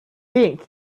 think